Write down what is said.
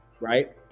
right